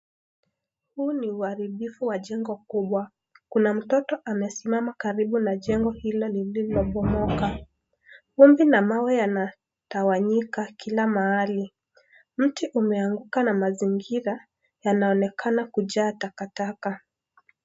Huu ni uharibifu wa jengo kubwa ,kuna mtoto amesimama karibu na jengo hilo lililobomoka, vumbi na mawe yanatawanyika kila mahali . Mti umeanguka na mazingira yanaonekana kujaa takataka.